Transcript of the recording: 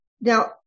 Now